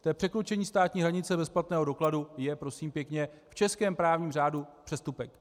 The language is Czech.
To překročení státní hranice bez platného dokladu je, prosím pěkně, v českém právním řádu přestupek.